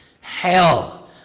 hell